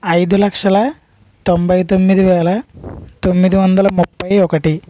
ఐదు లక్షల తొంభై తొమ్మిది వేల తొమ్మిది వందల ముప్పై ఒకటి